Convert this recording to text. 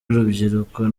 urubyiruko